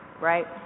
right